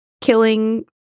killing